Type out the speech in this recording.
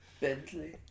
Bentley